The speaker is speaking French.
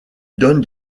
donne